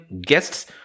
guests